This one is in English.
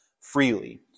freely